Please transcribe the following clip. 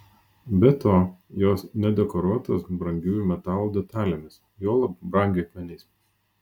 be to jos nedekoruotos brangiųjų metalų detalėmis juolab brangakmeniais